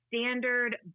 standard